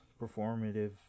performative